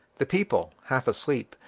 the people, half asleep,